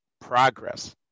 progress